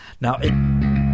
Now